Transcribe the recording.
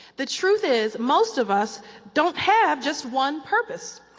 the truth is most of us don't have just one purpose.